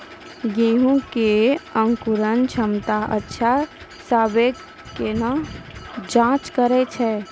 गेहूँ मे अंकुरन क्षमता अच्छा आबे केना जाँच करैय छै?